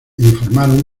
informaron